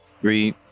Three